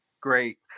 Great